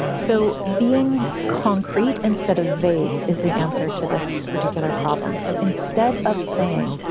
so being concrete instead of vague is the answer to this particular problem. so instead of saying,